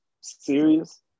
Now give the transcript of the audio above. serious